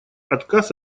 отказ